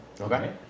Okay